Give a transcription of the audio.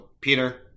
Peter